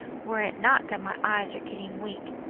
were it not that my eyes are getting weak,